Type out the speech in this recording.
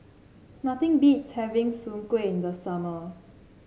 nothing beats having Soon Kueh in the summer